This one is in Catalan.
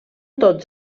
tots